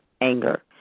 anger